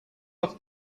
off